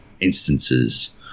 instances